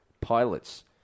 pilots